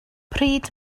pryd